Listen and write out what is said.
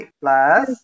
plus